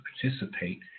participate